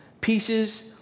pieces